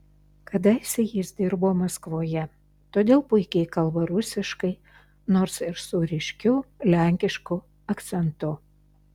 kadaise jis dirbo maskvoje todėl puikiai kalba rusiškai nors ir su ryškiu lenkišku akcentu